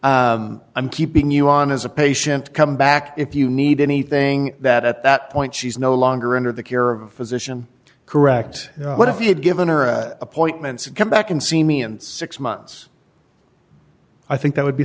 h i'm keeping you on as a patient come back if you need anything that at that point she's no longer under the care of a physician correct but if you had given her appointments come back and see me and six months i think that would be